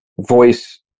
voice